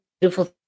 beautiful